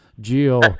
geo